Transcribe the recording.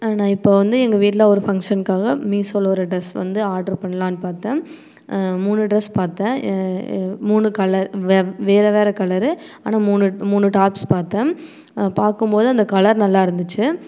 நான் இப்போ வந்து எங்கள் வீட்டில் ஒரு ஃபங்க்ஷனுக்காக மீஷோவில் ஒரு டிரெஸ் வந்து ஆர்டர் பண்ணலாம்னு பாத்தேன் மூணு டிரெஸ் பாத்தேன் மூணு கலர் வேற வேற கலரு ஆனால் மூணு மூணு டாப்ஸ் பாத்தேன் பார்க்கும் போது அந்த கலர் நல்லா இருந்துச்சு